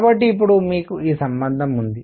కాబట్టి ఇప్పుడు మీకు ఈ సంబంధం ఉంది